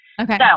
Okay